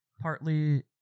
Partly